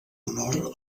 honor